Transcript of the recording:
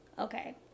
okay